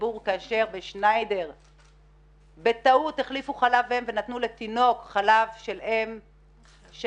בציבור כאשר בשניידר בטעות החליפו חלב אם ונתנו לתינוק חלב של אם שנשאה